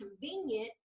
convenient